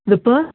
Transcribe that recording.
the per